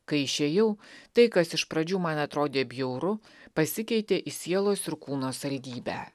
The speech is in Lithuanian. kai išėjau tai kas iš pradžių man atrodė bjauru pasikeitė į sielos ir kūno saldybę